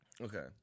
Okay